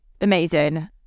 amazing